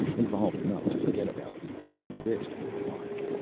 involved enough to forget about the free wrist for a while.